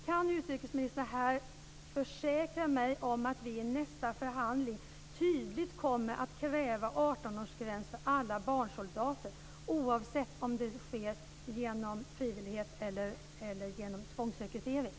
Kan utrikesministern här försäkra mig om att vi i nästa förhandling tydligt kommer att kräva 18 årsgräns för alla barnsoldater, oavsett om det är genom frivillighet eller genom tvångsrekrytering?